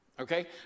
okay